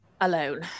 alone